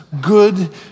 good